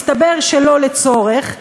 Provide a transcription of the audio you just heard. מסתבר שלא לצורך,